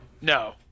No